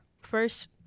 first